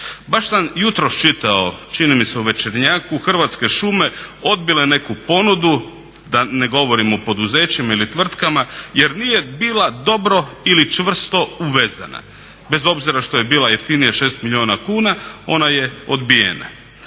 Baš sam jutros čitao čini mi se u "Večernjaku" Hrvatske šume odbile neku ponudu, da ne govorim o poduzećima ili tvrtkama, jer nije bila dobro ili čvrsto uvezena. Bez obzira što je bila jeftinija 6 milijuna kuna ona je odbijena.